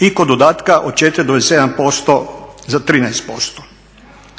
i kod dodatka od 4 do 27% za 13%.